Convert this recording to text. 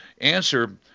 answer